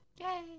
Yay